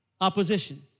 opposition